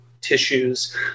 tissues